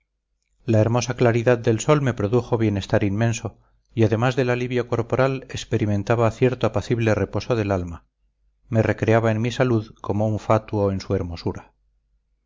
la hermosa claridad del sol me produjo bienestar inmenso y además del alivio corporal experimentaba cierto apacible reposo del alma me recreaba en mi salud como un fatuo en su hermosura